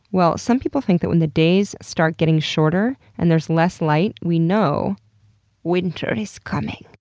well, some people think that when the days start getting shorter and there's less light we know winter is coming.